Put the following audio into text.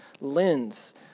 lens